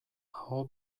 aho